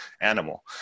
animal